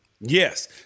Yes